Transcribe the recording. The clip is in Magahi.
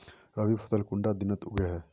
रवि फसल कुंडा दिनोत उगैहे?